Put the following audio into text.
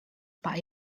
pak